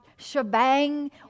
shebang